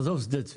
עזוב את שדה צבי.